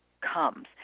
comes